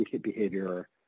behavior